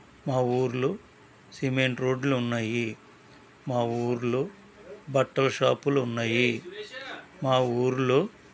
మా ఊర్లో సిమెంట్ రోడ్లు ఉన్నాయి మా ఊర్లో బట్టల షాప్లు ఉన్నాయి మా ఊర్లో